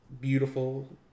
Beautiful